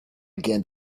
again